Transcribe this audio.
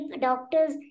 doctors